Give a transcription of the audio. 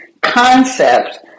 concept